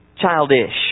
childish